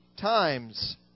times